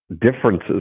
differences